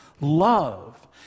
love